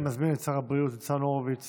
אני מזמין את שר הבריאות ניצן הורוביץ